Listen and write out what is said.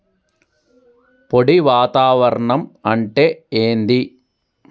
పొడి వాతావరణం అంటే ఏంది?